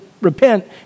repent